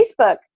Facebook